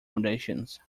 foundations